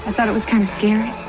i thought it was kind of scary